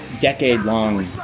decade-long